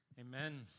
Amen